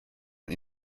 und